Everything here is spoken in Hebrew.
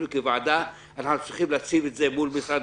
אנחנו כוועדה צריכים להציב את זה מול משרד